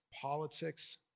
politics